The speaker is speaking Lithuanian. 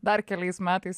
dar keliais metais